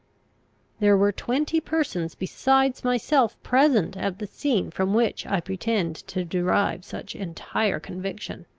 there were twenty persons besides myself present at the scene from which i pretend to derive such entire conviction.